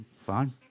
fine